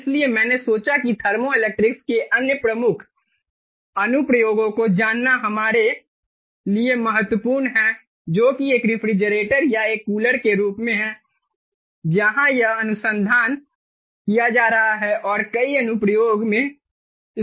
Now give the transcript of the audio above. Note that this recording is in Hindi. इसलिए मैंने सोचा कि थर्मो इलेक्ट्रिक्स के अन्य प्रमुख अनुप्रयोगों को जानना हमारे लिए महत्वपूर्ण है जो कि एक रेफ्रिजरेटर या एक कूलर के रूप में है जहां यह अनुसंधान किया जा रहा है और कई अनुप्रयोग में इस्तेमाल किया जा रहा है